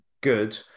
good